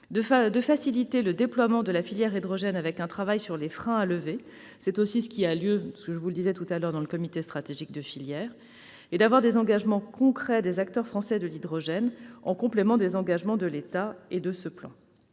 de faciliter le déploiement de la filière hydrogène avec un travail sur les freins à lever- c'est ce qui a lieu dans le comité stratégique de filière -, enfin, d'avoir des engagements concrets des acteurs français de l'hydrogène, en complément à ceux de l'État pris dans le plan